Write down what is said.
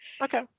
okay